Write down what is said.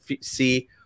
see